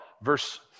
verse